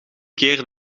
keer